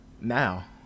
now